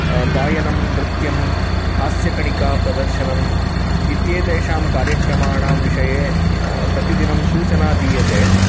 गायनं नृत्यं हास्यकणिका प्रदर्शनम् इत्येतेषां कार्यक्रमाणां विषये प्रतिदिनं सूचना दीयते